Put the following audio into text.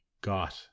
got